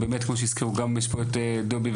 את דובי,